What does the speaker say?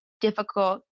difficult